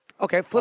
Okay